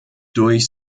durch